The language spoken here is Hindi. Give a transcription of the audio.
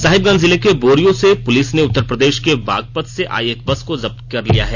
साहिबगंज जिले के बोरियों से पुलिस ने उत्तर प्रदेश के बागपत से आई एक बस को जप्त कर लिया है